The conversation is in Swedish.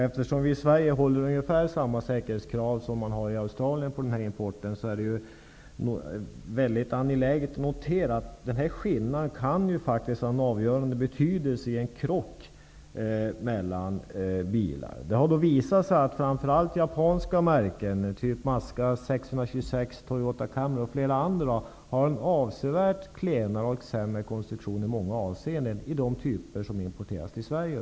Eftersom vi i Sverige ställer ungefär samma säkerhetskrav som man har i Australien på den här importen är det mycket angeläget att notera att den här skillnaden faktiskt kan ha en avgörande betydelse vid en krock mellan bilar. Det har visat sig att framför allt japanska märken som Mazda 626, Toyota Cameron och flera andra har en avsevärt klenare och sämre konstruktion i många avseenden i de typer som importeras till Sverige.